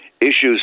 Issues